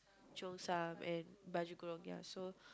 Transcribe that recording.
cheongsam and baju kurung ya so